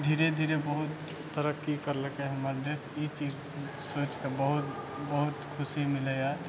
धीरे धीरे बहुत तरक्की करलकै हमर देश ई चीज सोचिके बहुत बहुत खुशी मिलैए